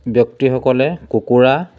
ব্যক্তিসকলে কুকুৰা